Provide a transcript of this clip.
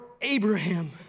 Abraham